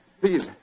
Please